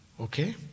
Okay